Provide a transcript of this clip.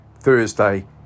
Thursday